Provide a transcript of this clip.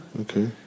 Okay